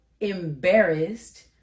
embarrassed